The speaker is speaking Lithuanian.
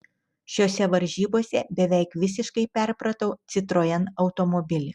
šiose varžybose beveik visiškai perpratau citroen automobilį